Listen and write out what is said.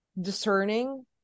discerning